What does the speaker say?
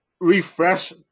refresh